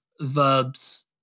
verbs